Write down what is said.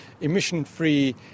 emission-free